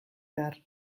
behar